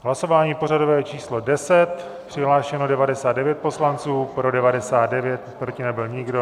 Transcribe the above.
Hlasování pořadové číslo 10, přihlášeno 99 poslanců, pro 99, proti nebyl nikdo.